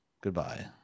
Goodbye